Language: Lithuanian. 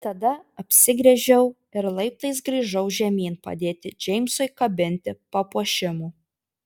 tada apsigręžiau ir laiptais grįžau žemyn padėti džeimsui kabinti papuošimų